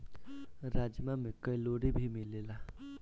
राजमा में कैलोरी भी मिलेला